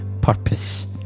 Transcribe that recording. purpose